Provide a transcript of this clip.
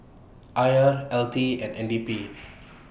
I R L T and N B P